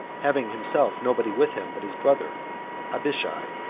having himself nobody with him but his brother abishai